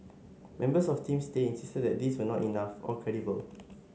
members of Team Stay insisted that these were not enough or credible